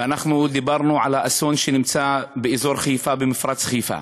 ואנחנו דיברנו על האסון באזור חיפה, במפרץ-חיפה.